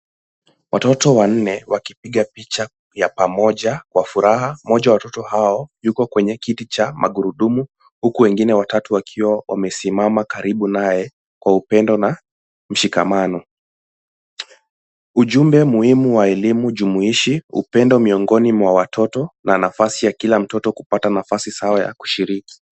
Watoto wanne wakipiga picha ya pamoja kwa furaha, mmoja wa watoto hawa yuko kwenye kiti cha magurudumu huku wengine watatu wakiwa wamesimama karibu naye kwa upendo na mshikamano. Ujumbe muhimu wa elimu jumuishi, upendo miongoni mwa watoto na nafasi ya kila mtoto kupata nafasi sawa ya kushiriki.